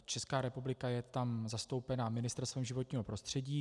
Česká republika je tam zastoupena Ministerstvem životního prostředí.